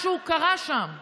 משהו קרה שם.